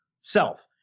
self